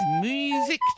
music